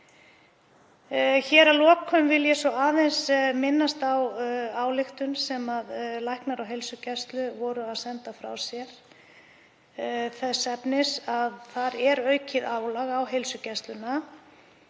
Að lokum vil ég aðeins minnast á ályktun sem læknar á heilsugæslu voru að senda frá sér þess efnis að það er aukið álag á heilsugæsluna.